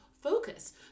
focus